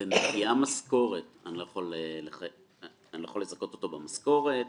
ומגיעה משכורת - אני לא יכול לזכות אותו במשכורת,